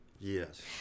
Yes